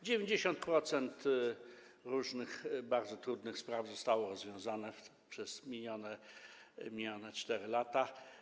90% różnych bardzo trudnych spraw zostało rozwiązanych przez minione 4 lata.